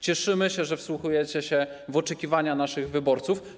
Cieszymy się, że wsłuchujecie się w oczekiwania naszych wyborców.